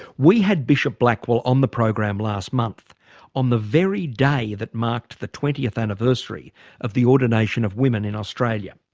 we had bishop blackwell on the program last month on the very day that marked the twentieth anniversary of the ordination of women in australia.